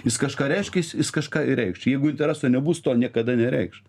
jis kažką reiškia jis kažką ir reikš jeigu intereso nebus to niekada nereikš